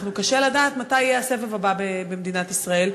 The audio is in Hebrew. קשה לדעת מתי יהיה הסבב הבא במדינת ישראל.